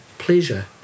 pleasure